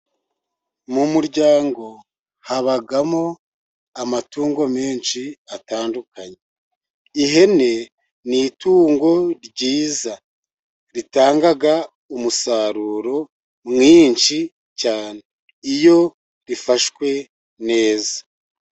Mu muryango habamo amatungo menshi atandukanye. Ihene ni itungo ryiza ritanga umusaruro mwinshi cyane, iyo rifashwe neza.